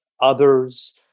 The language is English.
others